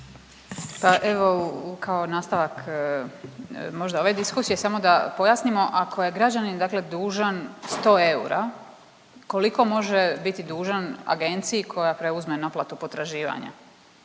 Pa evo kao nastavak možda ove diskusije samo da pojasnimo, ako je građanin dakle dužan 100 eura, koliko može biti dužan agenciji koja preuzme naplatu potraživanja,